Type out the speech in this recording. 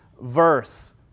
verse